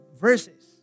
verses